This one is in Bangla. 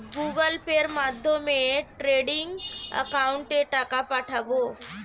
গুগোল পের মাধ্যমে ট্রেডিং একাউন্টে টাকা পাঠাবো?